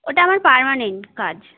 ওটা আমার পার্মানেন্ট কাজ